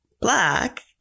Black